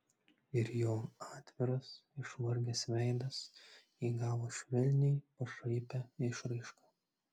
ir jo atviras išvargęs veidas įgavo švelniai pašaipią išraišką